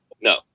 No